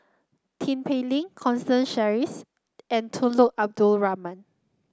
Tin Pei Ling Constance Sheares and Tunku Abdul Rahman